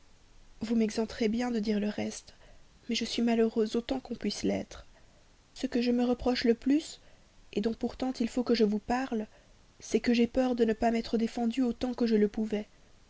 vous m'exempterez bien de dire le reste mais je suis malheureuse autant qu'on peut l'être ce que je me reproche le plus dont il faut pourtant que je vous parle c'est que j'ai peur de ne m'être pas défendue autant que je le pouvais